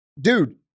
dude